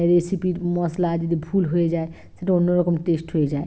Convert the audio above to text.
রেসিপির মশলা যদি ভুল হয়ে যায় সেটা অন্য রকম টেস্ট হয়ে যায়